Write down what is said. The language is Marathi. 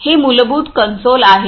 हे मूलभूत कन्सोल आहे